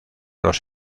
los